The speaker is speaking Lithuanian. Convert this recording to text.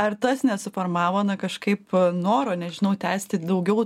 ar tas nesuformavo na kažkaip noro nežinau tęsti daugiau